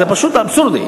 זה פשוט אבסורד.